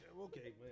Okay